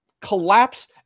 collapse